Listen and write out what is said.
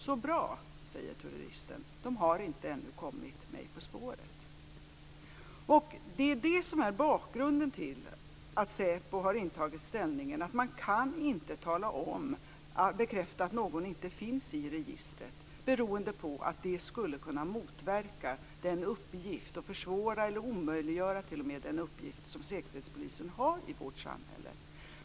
Så bra, de har ännu inte kommit mig på spåret, säger terroristen då. Detta är bakgrunden till att SÄPO har intagit ställningen att man inte kan bekräfta att någon inte finns i registret. Det skulle kunna motverka, försvåra eller t.o.m. omöjliggöra den uppgift som Säkerhetspolisen har i vårt samhälle.